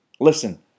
Listen